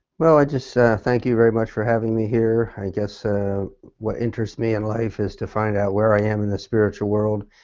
well, i just thank you very much for having me here. guess ah what interests me in life is to find out where i am in the spiritual world,